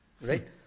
Right